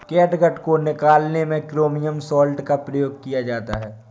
catgut को निकालने में क्रोमियम सॉल्ट का प्रयोग किया जाता है